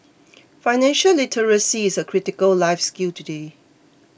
financial literacy is a critical life skill today